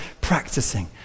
practicing